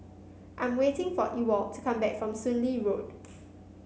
I'm waiting for Ewald to come back from Soon Lee Road